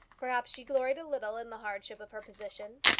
perhaps she gloried a little in the hardship of her position.